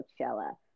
Coachella